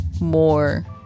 more